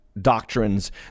doctrines